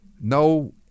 No